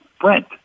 Brent